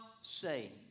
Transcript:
saved